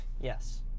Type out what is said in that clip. yes